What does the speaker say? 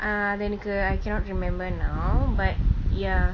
err அது எனக்கு:athu enaku I cannot remember now but ya